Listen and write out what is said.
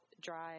drive